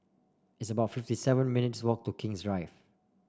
it's about fifty seven minutes' walk to King's Drive